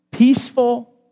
Peaceful